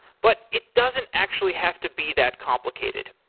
but it doesn't actually have to be that complicated.